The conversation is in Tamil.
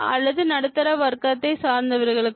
அல்லது நடுத்தர வர்க்கத்தை சார்ந்தவர்களுக்கா